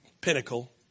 pinnacle